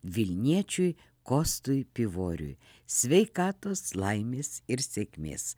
vilniečiui kostui pivoriui sveikatos laimės ir sėkmės